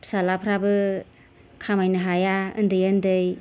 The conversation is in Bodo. फिसाज्लाफोराबो खामायनो हाया उन्दै उन्दै